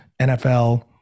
NFL